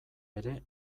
ere